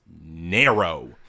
narrow